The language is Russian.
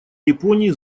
японии